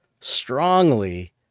strongly